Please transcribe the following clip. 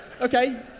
Okay